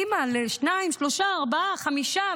אימא לשניים, שלושה, ארבעה, חמישה